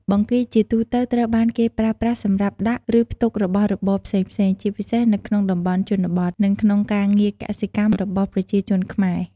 បង្គីជាទូទៅត្រូវបានគេប្រើប្រាស់សម្រាប់ដាក់ ឬផ្ទុករបស់របរផ្សេងៗ ជាពិសេសនៅក្នុងតំបន់ជនបទ និងក្នុងការងារកសិកម្មរបស់ប្រជាជនខ្មែរ។